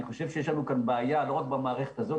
אני חושב שיש לנו כאן בעיה לא רק במערכת הזאת,